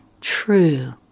true